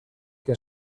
que